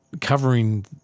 covering